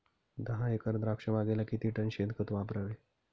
दहा एकर द्राक्षबागेला किती टन शेणखत वापरावे?